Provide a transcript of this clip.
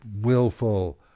willful